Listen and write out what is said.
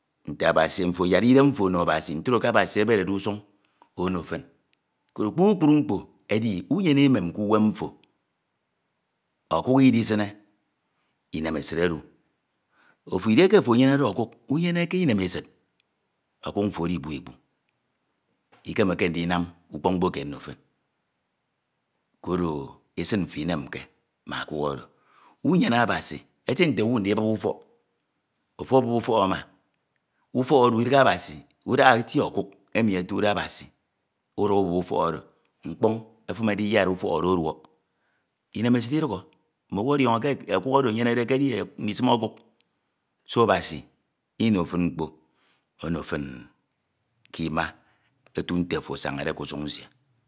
nte Abasi mfo anyakde ofo idem ono Abasi mfo ntro ke Abasi eberede usuñ mfo ono fin kpukpru mkpo edi unyene emem ke uwen mfo okuk idisine inemesid odu, edieke ojo enyemede ọkuk unyeneke inemesid okuk mfo ọwọro ikpu ikpu ikemeke ndinbi ukpọk inkpo kied nnọ fin, koro esid mfo inonki ma okuk oro, inyene Abasi etie nte owu ndibap ufọse ama ufok oro idighe Abasi, udaha eti okuk emi otnde Abasi nda ubep utọk oro mkpọn̄ ufọk oro efun ediyiasa ufọk oro ọduọk inemesid idukho mmowa ọdiọño ke okuk oro enyenede ekedi ndisime ọkuk, so Abasi ino fin mkpo ono fin keima otu nte ofo asañade ke usuñ Nsie.